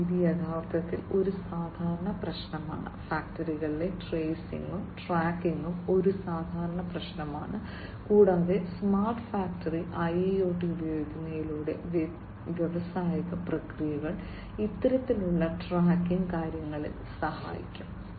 ഇത് യഥാർത്ഥത്തിൽ ഒരു സാധാരണ പ്രശ്നമാണ് ഫാക്ടറികളിലെ ട്രെയ്സിംഗും ട്രാക്കിംഗും ഒരു സാധാരണ പ്രശ്നമാണ് കൂടാതെ സ്മാർട്ട് ഫാക്ടറി IIoT ഉപയോഗിക്കുന്നതിലൂടെ വ്യാവസായിക പ്രക്രിയകൾ ഇത്തരത്തിലുള്ള ട്രാക്കിംഗ് കാര്യങ്ങളിൽ സഹായിക്കും